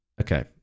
Okay